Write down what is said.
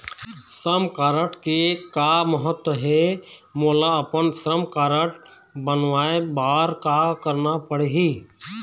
श्रम कारड के का महत्व हे, मोला अपन श्रम कारड बनवाए बार का करना पढ़ही?